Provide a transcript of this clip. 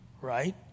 right